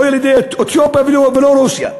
לא ילידי אתיופיה ולא ילידי רוסיה.